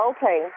Okay